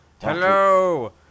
Hello